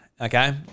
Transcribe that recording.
okay